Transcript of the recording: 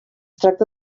tracta